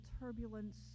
turbulence